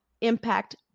impact